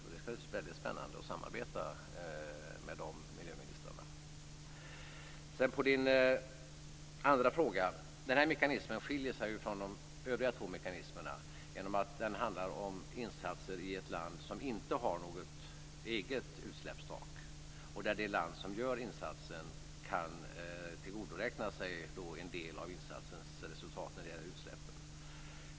Det skall bli väldigt spännande att samarbeta med de miljöministrarna. På Jonas Ringqvists andra fråga kan jag svara att denna mekanism skiljer sig från de övriga två mekanismerna genom att den handlar om insatser i ett land som inte har något eget utsläppstak. Det land som gör insatsen kan tillgodoräkna sig en del av insatsens resultat när det gäller utsläppen.